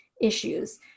issues